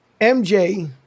MJ